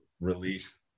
release